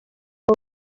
w’u